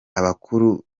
abakuru